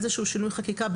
איזה שהוא שינוי חקיקה,